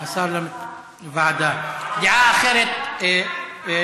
ועדת העבודה והרווחה.